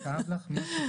זה כאב לך מה שסיפרתי?